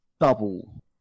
Double